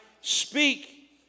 speak